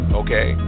okay